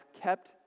kept